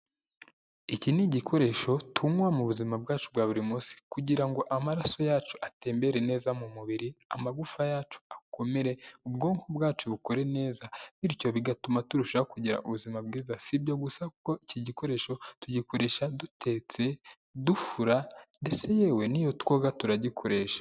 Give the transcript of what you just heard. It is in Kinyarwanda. Iki ni igikoresho tunywa mu buzima bwacu bwa buri munsi kugira ngo amaraso yacu atembere neza mu mubiri, amagufa yacu akomere, ubwoko bwacu bukore neza bityo bigatuma turushaho kugira ubuzima bwiza, si ibyo gusa kuko iki gikoresho tugikoresha dutetse, dufura ndetse yewe n'iyo twoga turagikoresha.